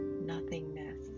nothingness